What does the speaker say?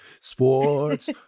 Sports